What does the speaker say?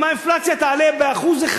אם האינפלציה תעלה ב-1%,